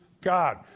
God